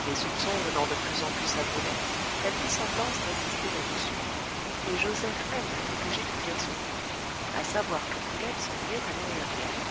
les soupçons venant de plus en plus à brulette elle fit semblance d'insister là-dessus et joseph même fut obligé d'y dire son mot à savoir que brulette s'ennuyait à ne rien faire